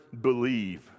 believe